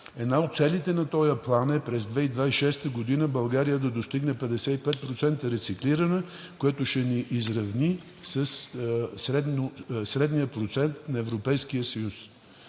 Една от целите на този план е през 2026 г. България да достигне 55% рециклиране, което ще ни изравни със средния процент на Европейския съюз.